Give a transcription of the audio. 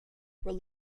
were